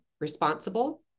responsible